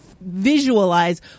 visualize